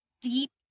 deep